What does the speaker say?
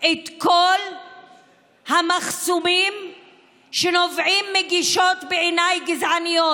את כל המחסומים שנובעים מגישות, בעיניי, גזעניות.